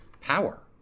power